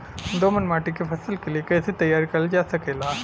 दोमट माटी के फसल के लिए कैसे तैयार करल जा सकेला?